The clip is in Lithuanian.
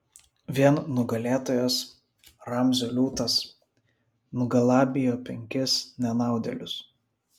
vien nugalėtojas ramzio liūtas nugalabijo penkis nenaudėlius